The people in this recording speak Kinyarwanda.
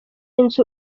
nzu